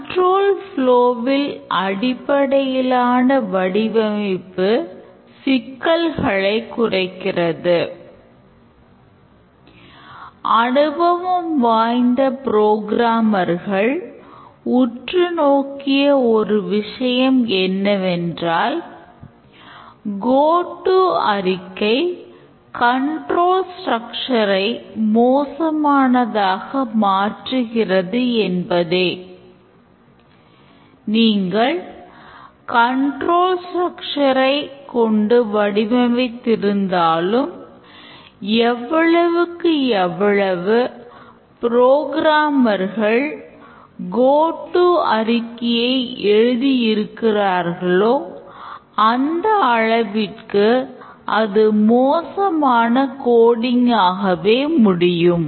control பிளோவின் ஆகவே முடியும்